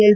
L